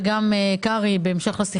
וגם קרעי בהמשך לשיחה בינינו,